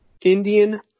Indian